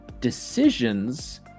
decisions